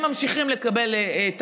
הם ממשיכים לקבל את